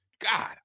God